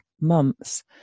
months